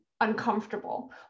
uncomfortable